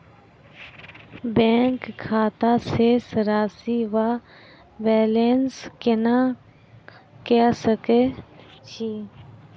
Bank खाता शेष राशि वा बैलेंस केना कऽ सकय छी?